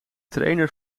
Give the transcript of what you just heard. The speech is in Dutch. trainer